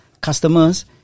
customers